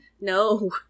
No